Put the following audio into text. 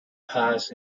pass